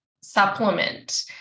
supplement